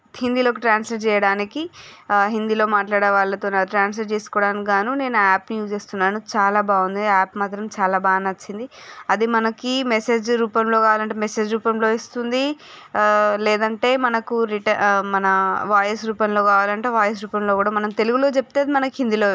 హిందీలోకి translate చేయడానికి ఆ హిందీలో మాట్లాడేవాళ్ళతో నాతో ట్రాన్స్లేట్ చేసుకోవడానికి గాను యాప్ యూజ్ చేస్తున్నాను యాప్ నాకు చాలా బాగుంది యాప్ మాత్రం నాకు చాలా బాగా నచ్చింది అది మనకి మెసేజ్ రూపంలో కావాలంటే మెసేజ్ రూపంలో ఇస్తుంది ఆ లేదంటే మనకు రిట మన వాయిస్ రూపంలో కావాలంటే వాయిస్ రూపంలో కూడా మనం తెలుగులో చెప్తే అది మనకు హిందీలో